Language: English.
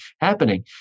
happening